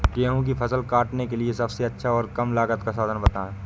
गेहूँ की फसल काटने के लिए सबसे अच्छा और कम लागत का साधन बताएं?